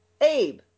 Abe